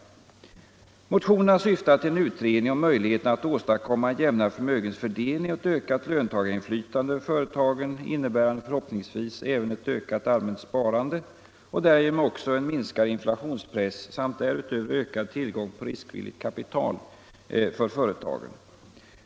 Jag anförde: ”Motionerna syftar till en utredning om möjligheterna att åstadkomman en jämnare förmögenhetsfördelning och ett ökat löntagarinflytande över företagen, innebärande förhoppningsvis även ett ökat allmänt sparande och därigenom också en minskad inflationspress samt därutöver ökad tillgång på riskvilligt kapital för företagen.